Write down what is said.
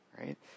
Right